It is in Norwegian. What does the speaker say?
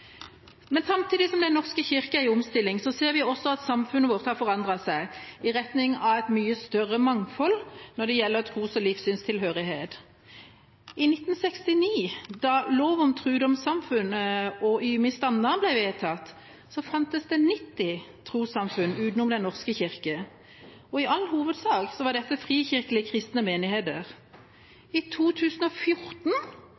Men samtidig som Den norske kirke er i omstilling, ser vi også at samfunnet vårt har forandret seg i retning av et mye større mangfold når det gjelder tros- og livssynstilhørighet. I 1969, da lov om trudomssamfunn og ymist anna ble vedtatt, fantes det 90 trossamfunn utenom Den norske kirke. I all hovedsak var dette frikirkelige kristne menigheter. I 2014